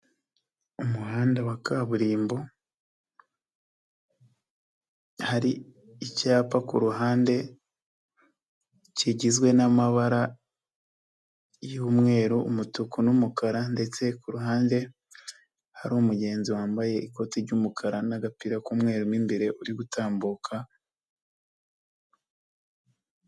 Umuhanda wa kaburimbo, hari icyapa kuruhande kigizwe n'amabara y'umweru, umutuku, numukara, ndetse ku ruhande hari umugenzi wambaye ikoti ry'umukara n'agapira k'umweru imbere uri gutambuka,..